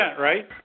right